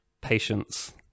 patience